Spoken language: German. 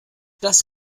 das